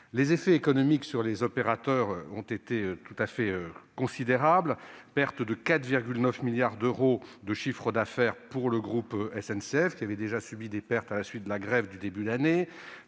Les effets économiques pour les opérateurs ont été considérables : une perte de 4,9 milliards d'euros de chiffre d'affaires pour le groupe SNCF- ce groupe avait déjà subi des pertes en raison de la grève du début de l'année